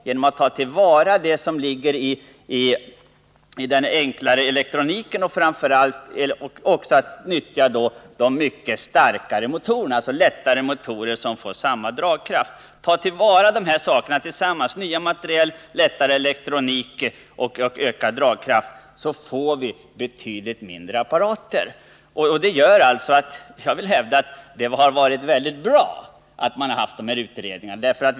genom att ta till vara de möjligheter som finns i den allt lättare elektroniken och genom att utnyttja de mycket starkare motorerna, alltså de lättare motorerna med samma dragkraft som de tidigare. Genom att utnyttja nya material, ny elektronik och ökad dragkraft på motorerna får vi alltså betydligt mindre flygplan. Mot den bakgrunden vill jag hävda att det är mycket bra att de här utredningarna har gjorts.